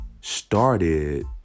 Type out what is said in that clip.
started